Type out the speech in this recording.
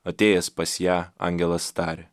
atėjęs pas ją angelas tarė